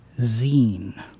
zine